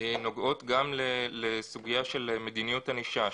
נוגעות גם לסוגיה של מדיניות ענישה,